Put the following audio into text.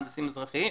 מהנדסים אזרחיים,